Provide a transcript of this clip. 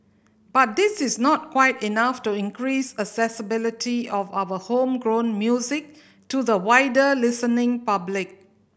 but this is not quite enough to increase accessibility of our homegrown music to the wider listening public